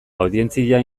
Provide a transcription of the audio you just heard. audientzia